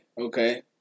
Okay